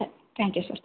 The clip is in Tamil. ah thank you sir